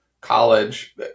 college